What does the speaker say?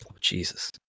Jesus